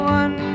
one